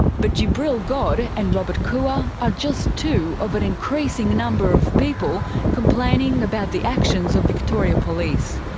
but jabril god and robert koua are just two of an increasing number of people complaining about the actions of victoria police.